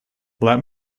let